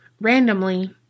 randomly